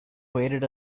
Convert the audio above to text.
waited